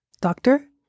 Doctor